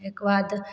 अइके बाद